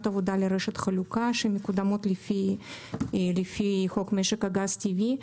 עבודה לרשת חלוקה שמקודמות לפי חוק משק הגז הטבעי.